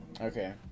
Okay